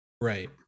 Right